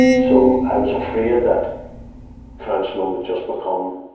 so, i was afraid that counseling would just become,